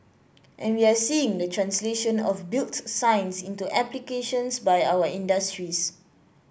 and we are seeing the translation of built science into applications by our industries